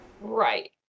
Right